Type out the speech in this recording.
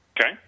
Okay